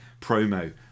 promo